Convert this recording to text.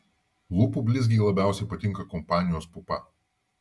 lūpų blizgiai labiausiai patinka kompanijos pupa